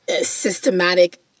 systematic